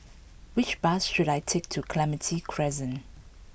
which bus should I take to Clementi Crescent